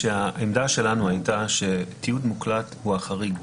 העמדה שלנו הייתה שתיעוד מוקלט הוא החריג,